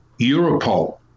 Europol